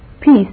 peace